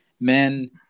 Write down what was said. men